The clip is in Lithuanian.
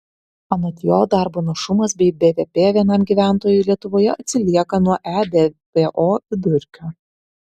anot jo darbo našumas bei bvp vienam gyventojui lietuvoje atsilieka nuo ebpo vidurkio